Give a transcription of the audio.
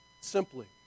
simply